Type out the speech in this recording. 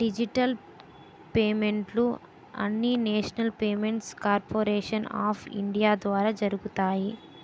digital పేమెంట్లు అన్నీనేషనల్ payment corporation of India ద్వారా జరుగుతాయి